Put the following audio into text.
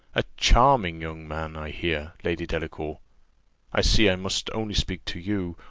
a charming young man, i hear, lady delacour i see i must only speak to you,